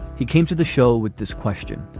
he came to the show with this question.